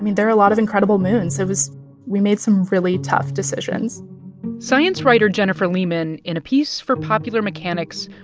there are a lot of incredible moons. it was we made some really tough decisions science writer jennifer leman, in a piece for popular mechanics,